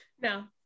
No